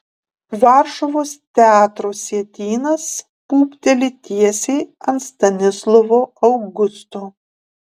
varšuvos teatro sietynas pūpteli tiesiai ant stanislovo augusto